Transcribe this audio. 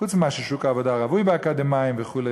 חוץ מזה ששוק העבודה רווי באקדמאים וכו',